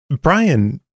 Brian